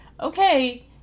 okay